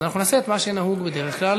אז אנחנו נעשה את מה שנהוג בדרך כלל,